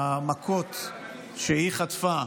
המכות שהיא חטפה,